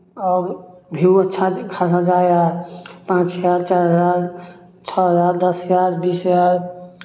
आओर व्यू अच्छा खासा जाइ हए पाँच हजार चार हजार छओ हजार दस हजार बीस हजार